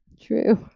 True